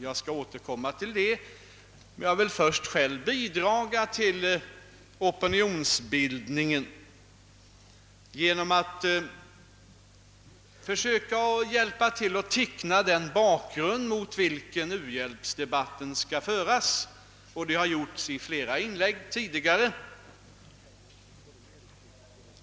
Jag återkommer till detta senare, men jag vill först själv bidra till: opinionsbildningen genom att försöka hjälpa till med att teckna den bakgrund mot vilken u-hjälpsdebatten skall föras — det har gjorts i flera inlägg tidigare.